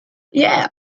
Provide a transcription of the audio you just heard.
yeah